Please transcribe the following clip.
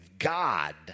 God